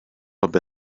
bump